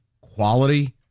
quality